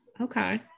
okay